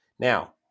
Now